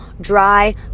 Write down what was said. dry